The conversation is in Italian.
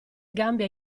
gambe